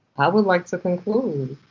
i would like to conclude.